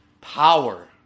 power